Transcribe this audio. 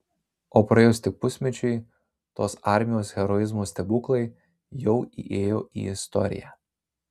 o praėjus tik pusmečiui tos armijos heroizmo stebuklai jau įėjo į istoriją